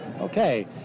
Okay